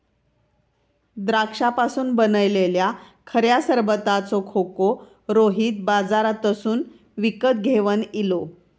द्राक्षांपासून बनयलल्या खऱ्या सरबताचो खोको रोहित बाजारातसून विकत घेवन इलो